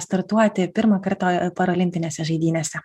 startuoti pirmą kartą parolimpinėse žaidynėse